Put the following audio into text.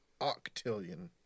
octillion